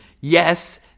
yes